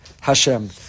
Hashem